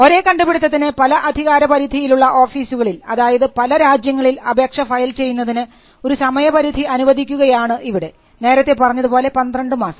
ഒരേ കണ്ടുപിടിത്തത്തിന് പല അധികാരപരിധിയിലുള്ള ഓഫീസുകളിൽ അതായത് പല രാജ്യങ്ങളിൽ അപേക്ഷ ഫയൽ ചെയ്യുന്നതിന് ഒരു സമയപരിധി അനുവദിക്കുകയാണ് ഇവിടെ നേരത്തെ പറഞ്ഞതുപോലെ 12 മാസം